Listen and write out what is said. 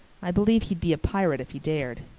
i believe he'd be a pirate if he dared.